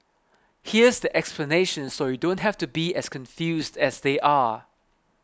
here's the explanation so you don't have to be as confused as they are